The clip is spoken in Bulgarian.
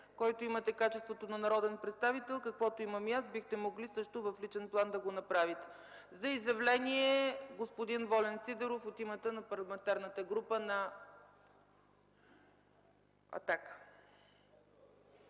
който имате качеството си на народен представител, каквото имам и аз, бихте могли също в личен план да го направите. За изявление – господин Волен Сидеров от Парламентарната група на